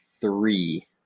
three